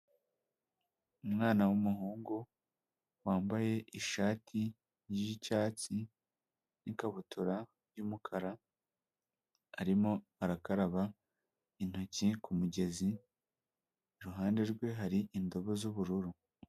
Umwana w'umuhungu wambaye ishati y'icyatsi n'ikabutura y'umukara arimo arakaraba intoki ku mugezi iruhande rwe hari indobo z'ubururu.